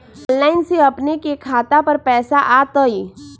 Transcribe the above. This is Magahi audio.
ऑनलाइन से अपने के खाता पर पैसा आ तई?